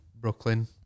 Brooklyn